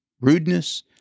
rudeness